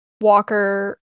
Walker